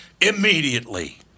immediately